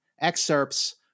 excerpts